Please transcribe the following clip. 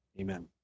amen